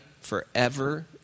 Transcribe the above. forever